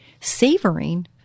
savoring